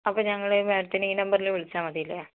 അപ്പോൾ ഞങ്ങള് മേഡത്തിനെ ഈ നമ്പറിൽ വിളിച്ചാൽ മതി അല്ലേ